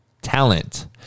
talent